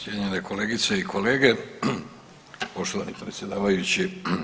Cijenjene kolegice i kolege, poštovani predsjedavajući.